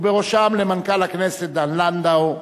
ובראשם למנכ"ל הכנסת דן לנדאו,